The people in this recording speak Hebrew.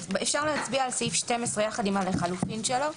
אפשר להצביע על סעיף 12 יחד עם ה-לחלופין שלו.